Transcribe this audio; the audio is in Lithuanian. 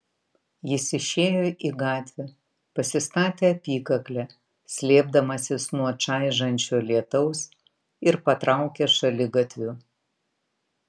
jis išėjo į gatvę pasistatė apykaklę slėpdamasis nuo čaižančio lietaus ir patraukė šaligatviu